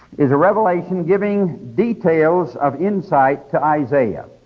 is a revelation giving details of insight to isaiah.